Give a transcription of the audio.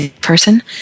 person